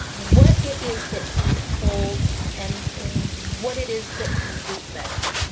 what it is that he holds and what it is that he roots that in?